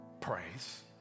Praise